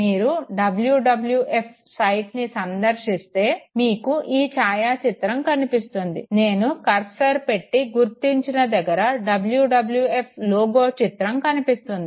మీరు WWF సైట్ని సందర్శిస్తే మీకు ఈ ఛాయాచిత్రం కనిపిస్తుంది నేను కర్సర్ పెట్టి గుర్తించిన దగ్గర WWF లోగో చిత్రం కనిపిస్తుంది